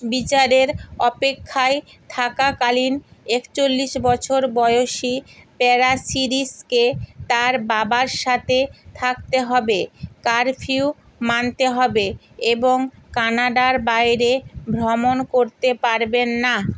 বিচারের অপেক্ষায় থাকাকালীন একচল্লিশ বছর বয়সী প্যারাসিরিসকে তার বাবার সাথে থাকতে হবে কারফিউ মানতে হবে এবং কানাডার বাইরে ভ্রমণ করতে পারবেন না